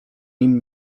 nim